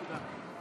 תודה.